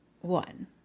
one